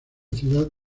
ciudad